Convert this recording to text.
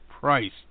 Price